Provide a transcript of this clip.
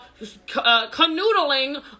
canoodling